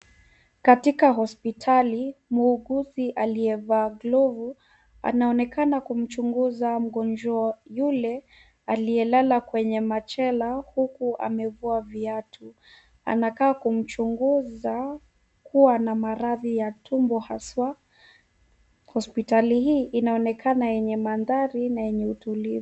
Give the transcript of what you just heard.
Katika hospitali muuguzi aliyevaa glavu anaonekana kumchunguza mgonjwa yule aliyelala kwenye machela huku amevua viatu. Anakaa kumchunguza kuwa na maradhi ya tumbo hasa. Hospitali hii inaonekana yenye mandhari na yenye utulivu.